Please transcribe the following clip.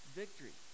victory